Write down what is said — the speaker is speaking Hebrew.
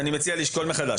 אני מציע לשקול מחדש.